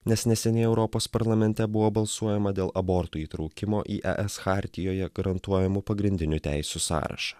nes neseniai europos parlamente buvo balsuojama dėl abortų įtraukimo į e es chartijoje garantuojamų pagrindinių teisių sąrašą